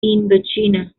indochina